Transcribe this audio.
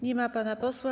Nie ma pana posła?